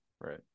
right